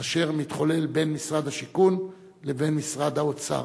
אשר מתחולל בין משרד השיכון לבין משרד האוצר.